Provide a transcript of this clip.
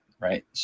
right